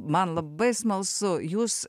man labai smalsu jūs